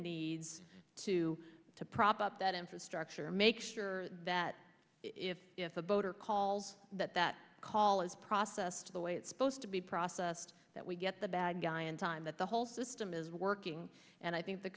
needs to to prop up that infrastructure make sure that if a voter calls that that call is processed the way it's supposed to be process that we get the bad guy in time that the whole system is working and i think the